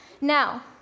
Now